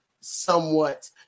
somewhat